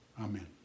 Amen